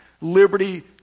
liberty